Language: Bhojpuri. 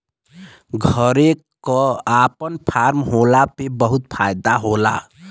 घरे क आपन फर्म होला पे बहुते फायदा होला